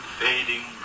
fading